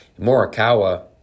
Morikawa